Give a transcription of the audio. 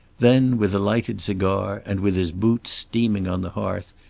then, with a lighted cigar, and with his boots steaming on the hearth,